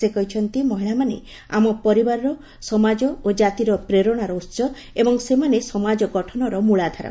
ସେ କହିଛନ୍ତି ମହିଳାମାନେ ଆମ ପରିବାର ସମାଜ ଏବଂ ଜାତିର ପ୍ରେରଣା ଉସ ଏବଂ ସେମାନେ ସମାଜ ଗଠନର ମୂଳାଧାର